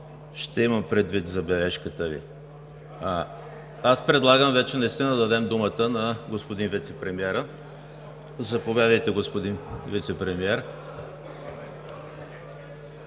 Ще имам предвид забележката Ви. Аз предлагам вече наистина да дадем думата на господин вицепремиера. Заповядайте, господин Вицепремиер.